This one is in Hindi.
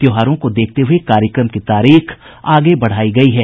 त्योहारों को देखते हुए कार्यक्रम की तारीख को आगे बढ़ाया गया है